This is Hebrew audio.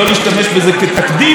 אני אדבר בקצרה.